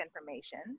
information